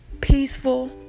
peaceful